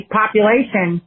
population